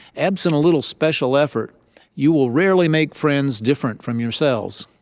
absent a little special effort you will rarely make friends different from yourselves.